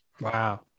Wow